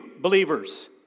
believers